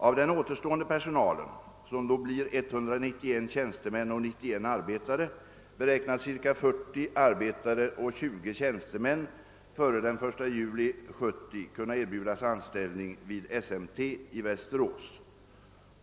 Av den återstående personalen — 191 tjänstemän och 91 arbetare — beräknas cirka 40 arbetare och 20 tjänstemän före den 1 juli 1970 kunna erbjudas anställning vid SMT Machine Company AB i Västerås.